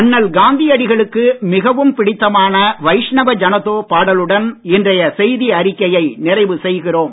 அண்ணால் காந்தியடிகளுக்கு மிகவும் பிடித்தமான வைஷ்ணவ ஜனதோ பாடலுடன் இன்றைய செய்தி அறிக்கையை நிறைவு செய்கிறோம்